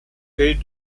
fait